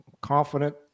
confident